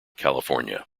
california